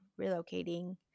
relocating